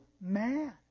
man